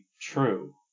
true